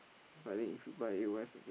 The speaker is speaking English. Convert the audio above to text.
but I think if you buy I think